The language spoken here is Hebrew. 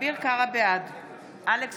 בעד אלכס